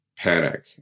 panic